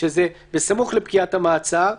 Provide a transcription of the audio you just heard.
שזה בסמוך לפקיעת המעצר,